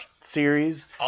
series